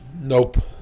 Nope